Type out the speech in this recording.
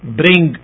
bring